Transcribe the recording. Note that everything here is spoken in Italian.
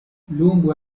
lungo